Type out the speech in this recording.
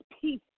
peace